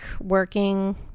working